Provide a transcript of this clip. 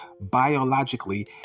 biologically